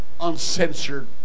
uncensored